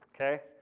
okay